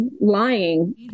lying